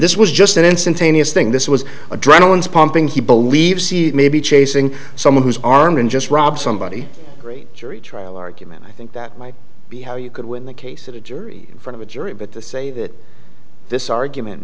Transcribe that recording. this was just an instantaneous thing this was adrenaline is pumping he believes he may be chasing someone who's armed and just robs somebody jury trial argument i think that might be how you could win the case in a jury from a jury but the say that this argument